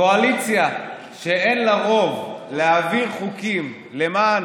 קואליציה שאין לה רוב להעביר חוקים למען